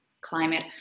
climate